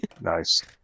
Nice